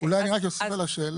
אולי אני אוסיף על השאלה,